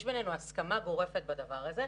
יש בינינו הסכמה גורפת בדבר הזה,